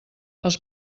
els